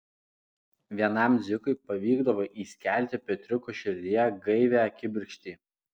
vienam dzikui pavykdavo įskelti petriuko širdyje gaivią kibirkštį